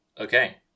okay